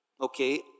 Okay